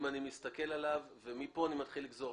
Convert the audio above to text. אם אני מסתכל עליו ומפה אני מתחיל לגזור.